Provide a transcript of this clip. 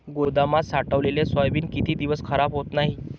गोदामात साठवलेले सोयाबीन किती दिवस खराब होत नाही?